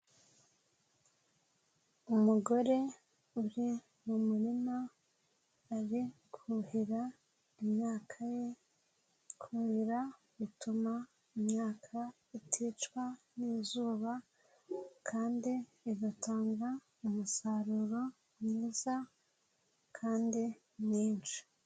Umugore uri mu muririma ari kuhira imyaka ye, kuhira bituma imyaka iticwa n'izuba kandi bigatanga umusaruro mwiza kandi mwinshi.